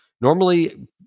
normally